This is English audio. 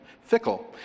fickle